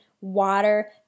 water